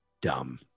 dumb